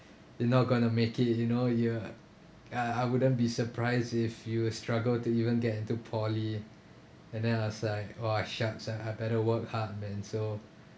you're not gonna make it you know you're uh I wouldn't be surprised if you struggle to even get into poly and then I was like !wah! shucks ah I better work hard man so